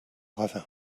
ravin